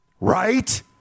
Right